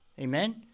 Amen